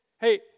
hey